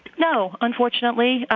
no. unfortunately,